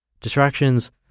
Distractions